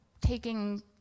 taking